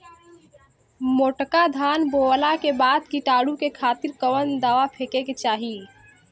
मोटका धान बोवला के बाद कीटाणु के खातिर कवन दावा फेके के चाही?